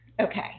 Okay